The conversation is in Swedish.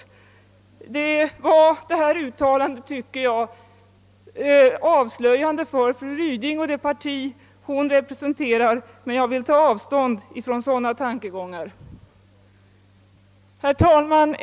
Fru Rydings uttalande var avslöjande för henne och det parti hon representerar, men jag vill för min del ta avstånd från sådana tankegångar. Herr talman!